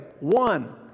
One